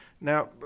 Now